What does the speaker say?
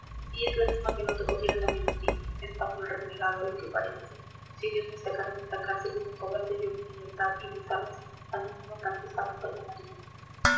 y es lástima que no te cogiera también a ti español renegado a lo que pareces si dios me sacara de esta cárcel y recobrase yo mi libertad y mis armas a ningún afrancesado perdonaría